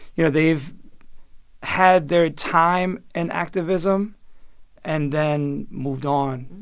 you know, they've had their time in activism and then moved on,